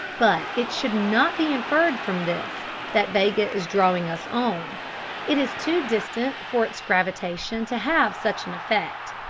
but it should not be inferred from this that vega is drawing us on it is too distant for its gravitation to have such an effect.